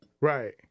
Right